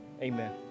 amen